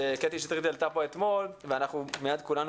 שקטי שטרית העלתה פה אתמול ואנחנו מיד כולנו